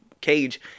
cage